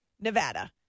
Nevada